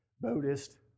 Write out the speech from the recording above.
Buddhist